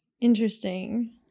Interesting